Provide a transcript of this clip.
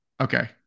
Okay